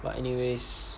but anyways